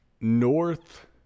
North